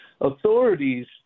authorities